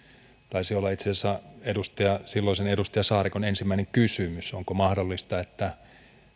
taisi olla itse asiassa silloisen edustaja saarikon ensimmäinen kysymys että onko mahdollista että